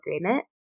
agreement